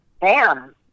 bam